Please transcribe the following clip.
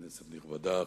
כנסת נכבדה,